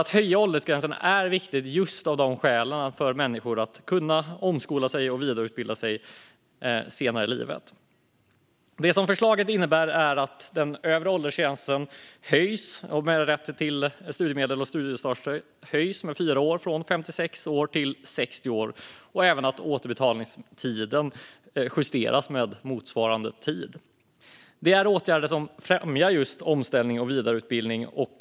Att höja åldersgränsen är viktigt just av det skäl att människor ska kunna omskola sig och vidareutbilda sig senare i livet. Förslaget innebär att den övre åldersgränsen för rätt till studiemedel och studiestartsstöd höjs med fyra år från 56 år till 60 år och även att återbetalningstiden justeras med motsvarande tid. Det är åtgärder som främjar just omställning och vidareutbildning.